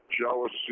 jealousy